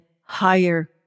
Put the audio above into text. higher